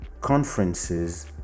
conferences